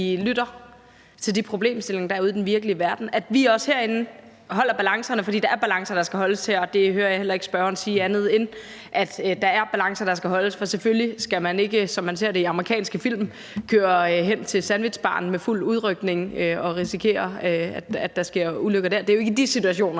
lytter til de problemstillinger, der er ude i den virkelige verden, og at vi også herinde holder balancerne, for der er balancer, der skal holdes her, og det hører jeg heller ikke spørgeren sige andet end at der er. For selvfølgelig skal man ikke, som man ser det i amerikanske film, køre hen til sandwichbaren med fuld udrykning og risikere, at der sker ulykker der. Det skal man jo ikke i de situationer.